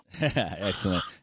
Excellent